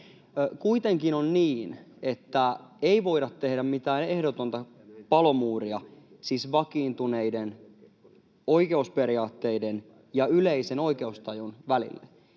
Kuitenkin on niin, että ei voida tehdä mitään ehdotonta palomuuria, siis vakiintuneiden oikeusperiaatteiden ja yleisen oikeustajun välille.